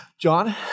John